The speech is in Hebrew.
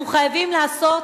אנחנו חייבים לעשות,